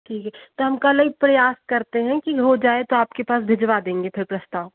ठीक है तो हम कल ही प्रयास करते हैं कि हो जाए तो आपके पास भिजवा देंगे फिर प्रस्ताव